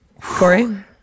Corey